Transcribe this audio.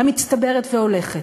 המצטברת והולכת,